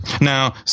now